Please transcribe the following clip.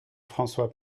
françois